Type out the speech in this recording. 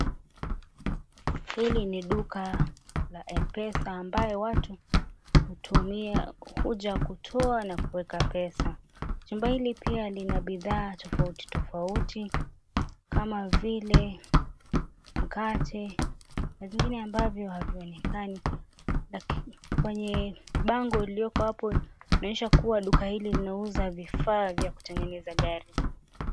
Hili ni duka la M-PESA ambayo watu huja kutoa na kuweka pesa. Chumba hili pia lina bidhaa tofauti tofauti kama vile mkate na vingine ambavyo havionekani. Kwenye bango lilioko hapo linaonyesha kuwa duka hili linauza vifaa vya kutengeneza gari.